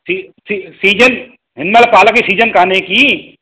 C सी season हिन महिल पालक जी सीजन कान्हे की